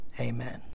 Amen